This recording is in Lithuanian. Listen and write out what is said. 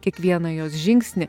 kiekvieną jos žingsnį